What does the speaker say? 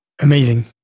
amazing